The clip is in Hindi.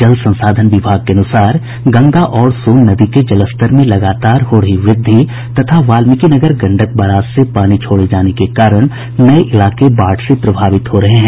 जल संसाधन विभाग के अनुसार गंगा और सोन नदी के जलस्तर में लगातार हो रही वृद्धि तथा वाल्मीकीनगर गंडक बराज से पानी छोड़े जाने के कारण नये इलाके बाढ़ से प्रभावित हो रहे हैं